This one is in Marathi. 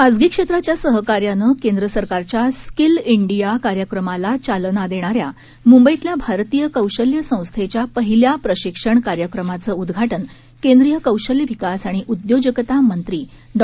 खासगीक्षेत्राच्यासहकार्यानंकेंद्रसरकारच्यास्किलइंडियाकार्यक्रमालाचालनादेणाऱ्यामुंबईतल्याभारतीयकौश ल्यसंस्थेच्यापहिल्याप्रशिक्षणकार्यक्रमाचंउदघाटनकेंद्रीयकौशल्यविकासआणिउद्योजकतामंत्रीडॉ